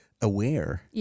aware